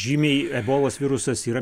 žymiai ebolos virusas yra